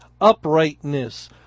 uprightness